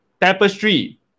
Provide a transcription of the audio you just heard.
Tapestry